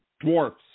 dwarfs